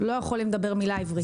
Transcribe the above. לא יכולים לדבר מילה עברית.